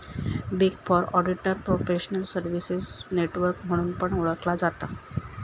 big four auditor professional services network म्हणून पण ओळखला जाता